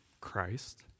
Christ